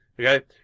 okay